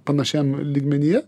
panašiam lygmenyje